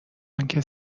آنکه